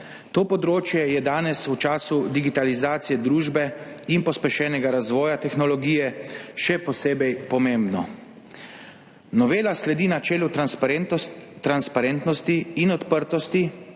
To področje je danes v času digitalizacije družbe in pospešenega razvoja tehnologije še posebej pomembno. Novela sledi načelu transparentnosti in odprtosti,